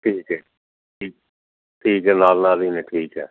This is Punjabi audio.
ਠੀਕ ਹੈ ਜੀ ਠੀਕ ਹੈ ਨਾਲ ਨਾਲ ਹੀ ਨੇ ਠੀਕ ਹੈ